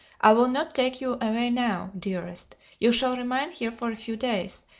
i will not take you away now, dearest you shall remain here for a few days,